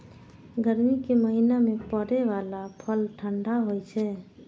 गर्मी के महीना मे फड़ै बला फल ठंढा होइ छै